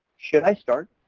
should i start?